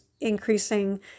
increasing